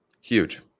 Huge